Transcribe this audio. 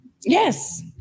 yes